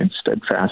steadfast